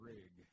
Rig